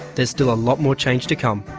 there's still a lot more change to come.